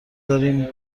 داریم